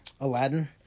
Aladdin